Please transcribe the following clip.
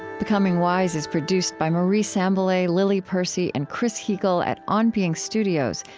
becoming wise is produced by marie sambilay, lily percy, and chris heagle at on being studios,